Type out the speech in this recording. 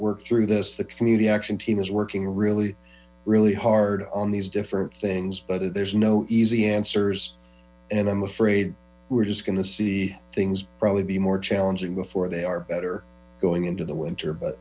work through this the community action team is working really really hard on these different things but there's no easy answers and i'm afraid we're just going to see things probably be more challenging before they are better going into the winter but